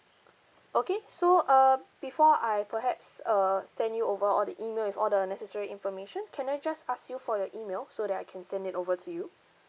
okay so err before I perhaps err send you over all the email with all the necessary information can I just ask you for your email so that I can send it over to you